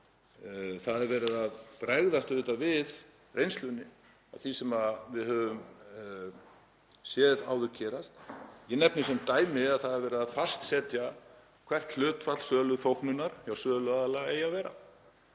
auðvitað verið að bregðast við reynslunni af því sem við höfum séð gerast áður. Ég nefni sem dæmi að það er verið að fastsetja hvert hlutfall söluþóknunar hjá söluaðila eigi að vera.